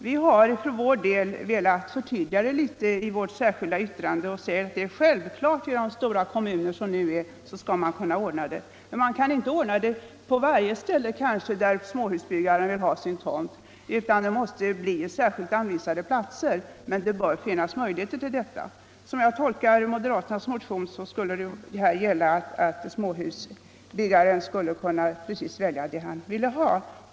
Vi har för vår del velat göra ett förtydligande i vårt särskilda yttrande och anfört att det är självklart att såväl tomträtt som mark med eget ägande skall kunna erbjudas småhusbyggarna i de stora kommuner som nu finns. Men man kan kanske inte erbjuda denna valfrihet på varje ställe där en småhusbyggare vill ha en tomt, utan det måste bli särskilt anvisade platser. Så som jag tolkar moderaternas motion skulle deras önskemål vara att småhusbyggaren skulle få välja precis var som helst.